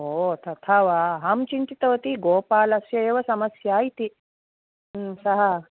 ओ तथा वा अहं चिन्तितवती गोपालस्य एव समस्या इति सः